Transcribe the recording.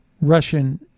Russian